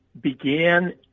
began